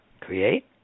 Create